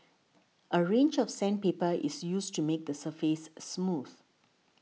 a range of sandpaper is used to make the surface smooth